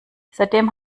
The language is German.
seitdem